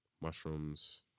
mushrooms